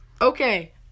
Okay